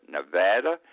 Nevada